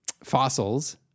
fossils